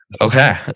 Okay